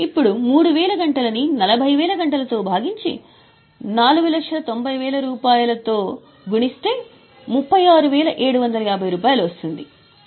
ఇప్పుడు 3000 గంటలని 40000 గంటలతో భాగించి 490000 తో గుణిస్తే 36750 వస్తుంది